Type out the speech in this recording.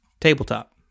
tabletop